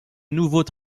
nouveaux